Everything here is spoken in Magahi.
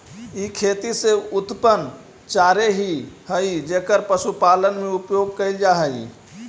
ई खेती से उत्पन्न चारे ही हई जेकर पशुपालन में उपयोग कैल जा हई